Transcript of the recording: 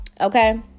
Okay